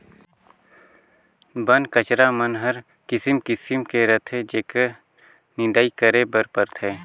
बन कचरा मन हर किसिम किसिम के रहथे जेखर निंदई करे बर परथे